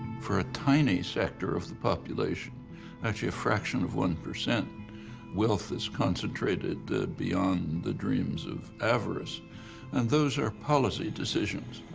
for a tiny sector of the population actually a fraction of one percent wealth is concentrated beyond the dreams of avarice and those are policy decisions.